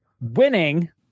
winning